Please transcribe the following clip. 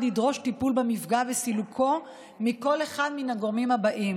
לדרוש טיפול במפגע וסילוקו מכל אחד מן הגורמים הבאים,